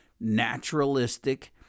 naturalistic